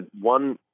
one –